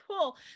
Cool